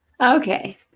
Okay